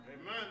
Amen